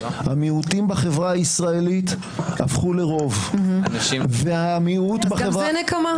המיעוטים בחברה הישראלית הפכו לרוב --- גם זה נקמה?